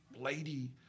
lady